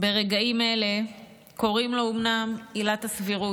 ברגעים אלה קוראים אומנם "עילת הסבירות",